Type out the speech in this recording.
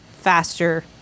faster